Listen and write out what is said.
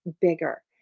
bigger